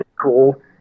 cool